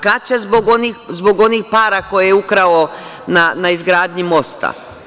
Kad će zbog onih para koje je ukrao na izgradnji mosta?